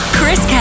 Chris